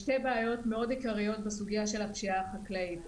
שתי בעיות מאוד עיקריות בסוגיה של הפשיעה החקלאית.